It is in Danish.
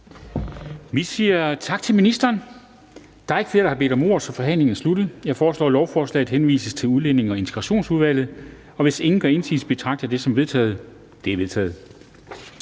Vi siger tak til ministeren. Der er ikke flere, der har bedt om ordet, så forhandlingen er sluttet. Jeg foreslår, at lovforslaget henvises til Udlændinge- og Integrationsudvalget. Hvis ingen gør indsigelse, betragter jeg det som vedtaget. Det er vedtaget.